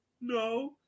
No